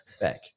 back